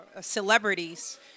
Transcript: celebrities